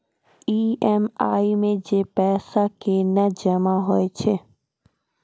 EMI मे जे पैसा केना जमा होय छै?